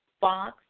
Fox